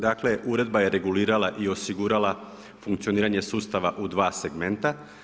Dakle uredba je regulirala i osigurala funkcioniranje sustava u dva segmenta.